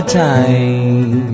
time